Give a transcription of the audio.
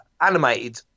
animated